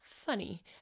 funny